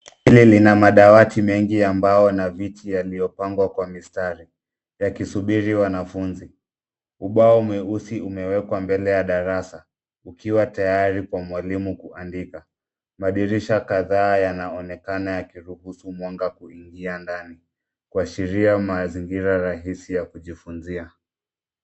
Hili lina madawati mengi ya mbao na viti yaliyopangwa kwa mistari, yakisubiri wanafunzi. Ubao mweusi umewekwa mbele ya darasa, ukiwa tayari kwa mwalimu kuandika. Madirisha kadhaa yanaonekana yakiruhusu mwanga kuingia ndani kuashiria mazingira rahisi ya kujifunzia.